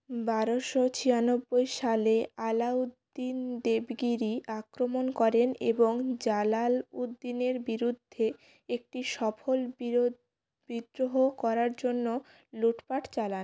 বারোশো ছিয়ানব্বই সালে আলাউদ্দিন দেবগিরি আক্রমণ করেন এবং জালালউদ্দিনের বিরুদ্ধে একটি সফল বিরোধ বিদ্রোহ করার জন্য লুঠপাট চালান